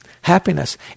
happiness